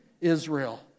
Israel